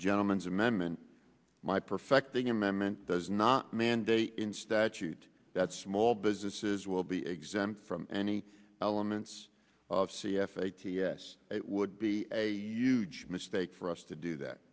gentlemens amendment my perfecting amendment does not mandate in statute that small businesses will be exempt from any elements of c f a ts it would be a huge mistake for us to do that